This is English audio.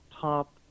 top